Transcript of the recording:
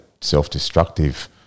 self-destructive